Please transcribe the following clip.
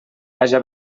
haja